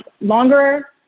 longer